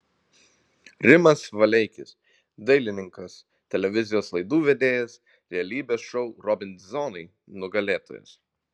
rimas valeikis dailininkas televizijos laidų vedėjas realybės šou robinzonai nugalėtojas